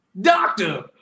doctor